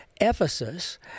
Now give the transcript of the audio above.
Ephesus